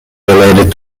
related